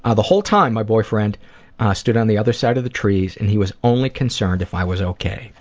ah the whole time my boyfriend stood on the other side of the trees, and he was only concerned if i was okay.